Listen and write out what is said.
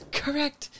correct